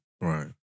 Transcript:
Right